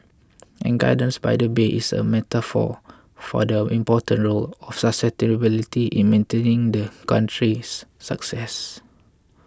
and gardens by the bay is a metaphor for the important role of sustainability in maintaining the country's success